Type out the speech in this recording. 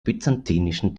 byzantinischen